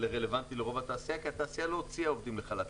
רלוונטי לרוב התעשייה כי התעשייה לא הוציאה עובדים לחל"ת.